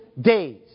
days